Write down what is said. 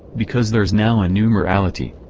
because there's now a new morality.